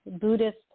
Buddhist